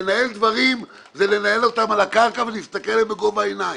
לנהל דברים זה לנהל אותם על הקרקע ולהסתכל עליהם בגובה העיניים.